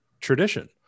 tradition